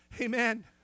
Amen